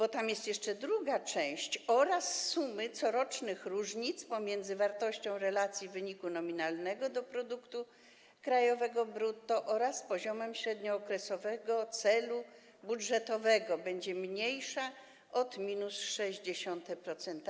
A tam jest jeszcze druga część: oraz suma corocznych różnic pomiędzy wartością relacji wyniku nominalnego do produktu krajowego brutto oraz poziomem średniookresowego celu budżetowego będzie mniejsza od -0,6%.